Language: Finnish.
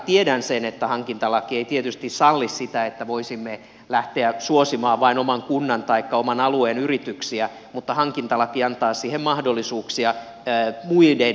tiedän sen että hankintalaki ei tietysti salli sitä että voisimme lähteä suosimaan vain oman kunnan taikka oman alueen yrityksiä mutta hankintalaki antaa siihen mahdollisuuksia muiden kriteerien kautta